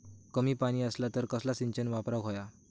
कमी पाणी असला तर कसला सिंचन वापराक होया?